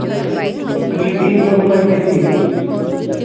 पनीर तीन सौ रुपए के जी